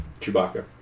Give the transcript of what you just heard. Chewbacca